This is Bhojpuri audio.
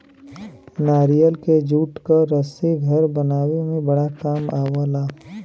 नारियल के जूट क रस्सी घर बनावे में बड़ा काम आवला